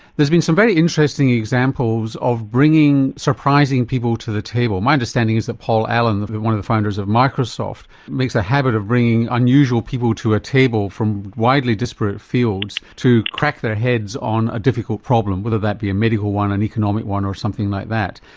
there've been some very interesting examples of bringing surprising people to the table. my understanding is that paul allen one of the founders of microsoft makes a habit of bringing unusual people to a table from widely disparate fields to crack their heads on a difficult problem whether that be a medical one, an economic one or something like that.